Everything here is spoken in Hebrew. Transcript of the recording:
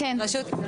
את רוצה להתייחס?